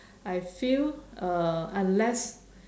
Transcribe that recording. I feel uh unless